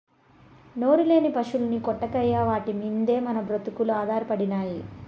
నోరులేని పశుల్ని కొట్టకయ్యా వాటి మిందే మన బ్రతుకులు ఆధారపడినై